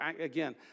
again